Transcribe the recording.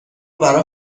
برا